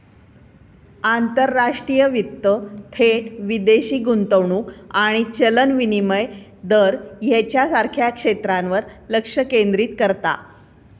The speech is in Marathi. आंतरराष्ट्रीय वित्त थेट विदेशी गुंतवणूक आणि चलन विनिमय दर ह्येच्यासारख्या क्षेत्रांवर लक्ष केंद्रित करता